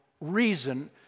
reason